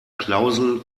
klausel